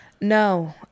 No